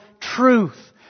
truth